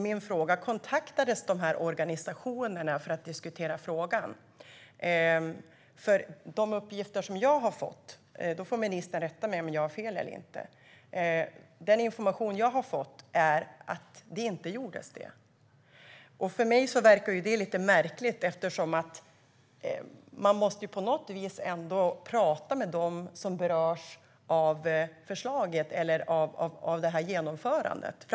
Min fråga är: Kontaktades dessa organisationer för att diskutera frågan? De uppgifter och den information som jag har fått - ministern får rätta mig om jag har fel - är att det inte gjordes. För mig verkar det lite märkligt. Man måste ju på något vis ändå tala med dem som berörs av förslaget och genomförandet.